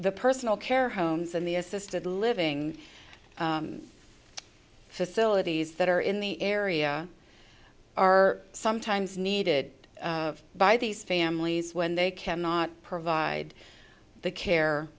the personal care homes and the assisted living facilities that are in the area are sometimes needed by these families when they cannot provide the care